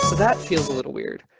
that feels a little weird.